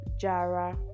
Jara